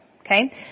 Okay